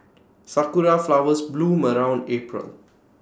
Sakura Flowers bloom around April